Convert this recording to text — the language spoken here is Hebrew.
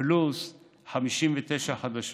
פלוס 59 חדשות.